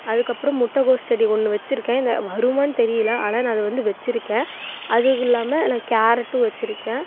அதுக்கப்புறோம் முட்டைகோஸ் செடி ஒன்று வச்சிருக்கேன் இந்த வருமான்னு தெரியல ஆனால் நான் அது வந்து வச்சிருக்கேன் அதுவும் இல்லாம எனக் கேரட்டும் வச்சிருக்கேன்